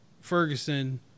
ferguson